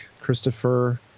Christopher